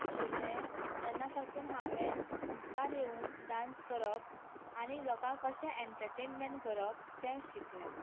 आशिल्लें तेन्ना साकून हांवें मुखार येवन डांस करप आनी लोकांक कशें एंटरटेनमँट करप तें शिकलें